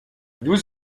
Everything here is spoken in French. nous